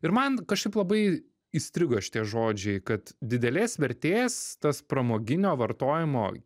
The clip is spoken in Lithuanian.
ir man kažkaip labai įstrigo šitie žodžiai kad didelės vertės tas pramoginio vartojimo